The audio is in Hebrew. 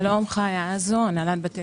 שלום, אני מהנהלת בתי